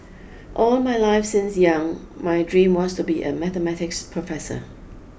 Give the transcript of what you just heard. all my life since young my dream was to be a Mathematics professor